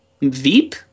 VEEP